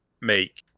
make